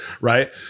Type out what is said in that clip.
right